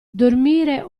dormire